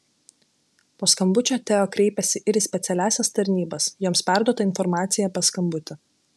po skambučio teo kreipėsi ir į specialiąsias tarnybas joms perduota informacija apie skambutį